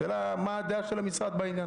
השאלה, מה הדעה של המשרד בעניין.